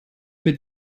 mit